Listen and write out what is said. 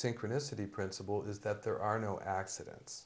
synchronicity principle is that there are no accidents